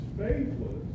faithless